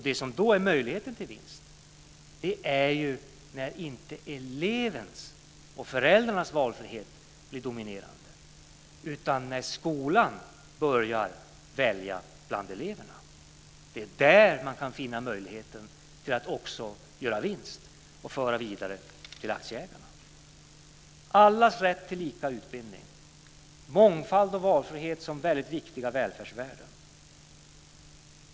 Det som då blir möjligheten till vinst är när inte elevens och föräldrarnas valfrihet dominerar utan när skolan börjar välja bland eleverna. Det är där möjligheten finns till att föra vidare en vinst till aktieägarna. Alla ska ha rätt till lika utbildning. Mångfald och valfrihet är viktiga välfärdsvärden.